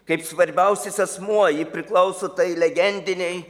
kaip svarbiausias asmuo ji priklauso tai legendinei